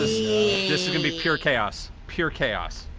yay. this is gonna be pure chaos. pure chaos.